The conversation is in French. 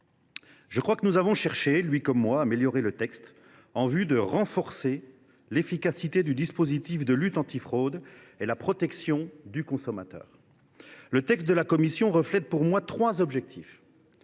Je pense que nous avons cherché, lui comme moi, à améliorer le texte, en vue de renforcer l’efficacité du dispositif de lutte antifraude et la protection du consommateur. Le texte de la commission a selon moi trois objectifs